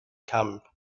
come